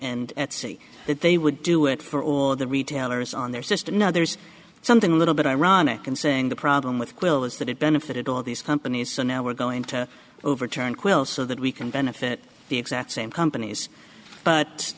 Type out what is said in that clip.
and at sea they would do it for all of the retailers on their system now there's something a little bit ironic in saying the problem with quill is that it benefited all these companies so now we're going to overturn quilts so that we can benefit the exact same companies but